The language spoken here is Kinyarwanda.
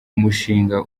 mushinga